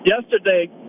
yesterday